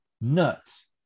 nuts